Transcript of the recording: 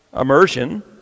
immersion